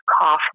cough